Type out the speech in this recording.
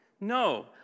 No